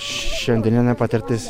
šiandieninė patirtis